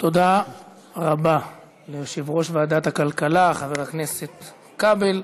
תודה רבה ליושב-ראש ועדת הכלכלה, חבר הכנסת כבל.